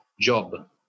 job